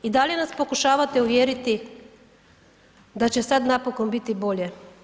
I dalje nas pokušavate uvjeriti da će sad napokon biti bolje.